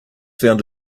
found